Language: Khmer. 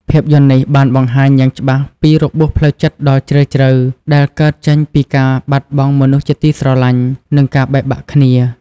ភាពយន្តនេះបានបង្ហាញយ៉ាងច្បាស់ពី របួសផ្លូវចិត្តដ៏ជ្រាលជ្រៅ ដែលកើតចេញពីការបាត់បង់មនុស្សជាទីស្រឡាញ់ និងការបែកបាក់គ្នា